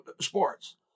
sports